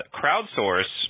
crowdsource